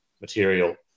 material